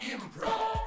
Improv